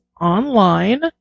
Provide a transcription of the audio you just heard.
online